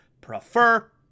prefer